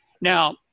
now